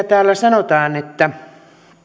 täällä sanotaan että